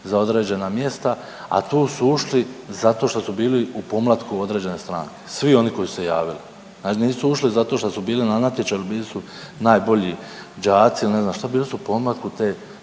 za određena mjesta, a tu su ušli zato što su bili u podmlatku određene stranke svi oni koji su se javili. Znači nisu ušli zato što su bili na natječaju ili bili su najbolji đaci ili ne znam što. Bili su u podmlatku te